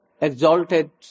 exalted